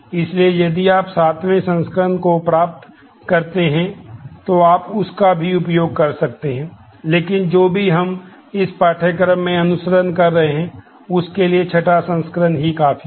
इसलिए यदि आप सातवें संस्करण को प्राप्त करते हैं तो आप उस का भी उपयोग कर सकते हैं लेकिन जो भी हम इस पाठ्यक्रम में अनुसरण कर रहे हैं उसके लिए छठा संस्करण ही काफी है